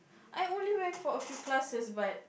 I only went for a few classes but